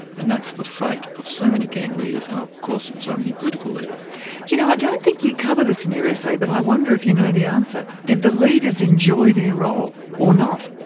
and that's the fate of so many gang leaders and of course of so many political leaders. do you know i don't think you cover this in your essay, but i wonder if you know the answer did the leaders enjoy their role, or not?